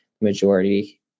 majority